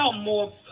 more